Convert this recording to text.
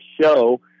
show